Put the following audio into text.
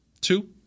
Two